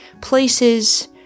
places